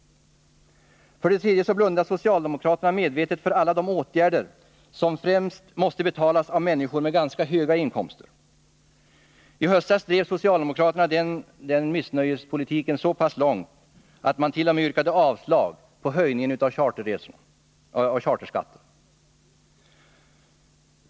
För det tredje blundar socialdemokraterna medvetet för alla de åtgärder som främst måste betalas av människor med ganska höga inkomster. I höstas drev socialdemokraterna missnöjespolitiken så långt att de t.o.m. yrkade avslag på höjningarna av charterskatten.